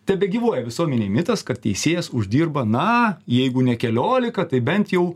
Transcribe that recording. tebegyvuoja visuomenėj mitas kad teisėjas uždirba na jeigu ne keliolika tai bent jau